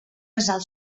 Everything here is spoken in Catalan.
assalt